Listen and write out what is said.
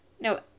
no